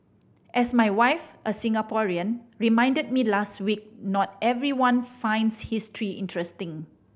as my wife a Singaporean reminded me last week not everyone finds history interesting